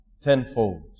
tenfold